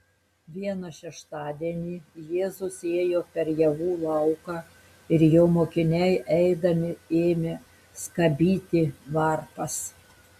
vieną šeštadienį jėzus ėjo per javų lauką ir jo mokiniai eidami ėmė skabyti varpas